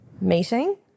meeting